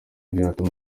yatuma